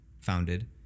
founded